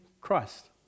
Christ